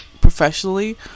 professionally